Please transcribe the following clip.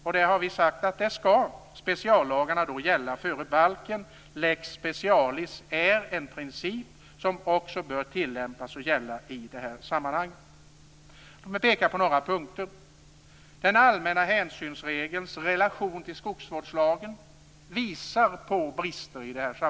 Speciallagarna skall då gälla före balken. Lex specialis är en princip som bör tillämpas också i det här sammanhanget. Jag vill peka på några punkter. Den allmänna hänsynsregelns relation till skogsvårdslagen uppvisar brister.